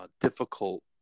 difficult